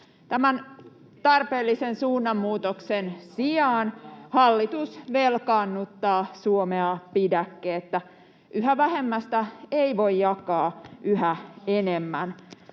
Tämän tarpeellisen suunnanmuutoksen sijaan hallitus velkaannuttaa Suomea pidäkkeettä. Yhä vähemmästä ei voi jakaa yhä enemmän.